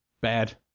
bad